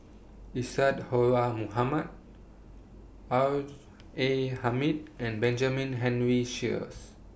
Isadhora Mohamed R A Hamid and Benjamin Henry Sheares